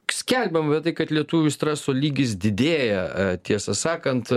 skelbiam vat tai kad lietuvių streso lygis didėja tiesą sakant